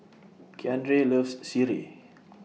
Keandre loves Sireh